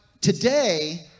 today